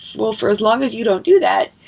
well, for as long as you don't do that,